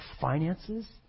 finances